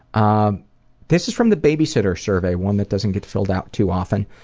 um this is from the babysitter survey, one that doesn't get filled out too often.